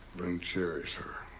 then cherish her.